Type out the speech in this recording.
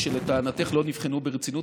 או שלטענתך לא נבחנו ברצינות,